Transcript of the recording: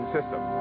System